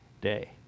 day